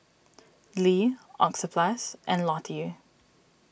Lee Oxyplus and Lotte